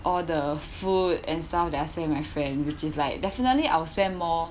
all the food and some that are still my friend which is like definitely I will spend more